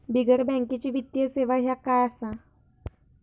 बिगर बँकेची वित्तीय सेवा ह्या काय असा?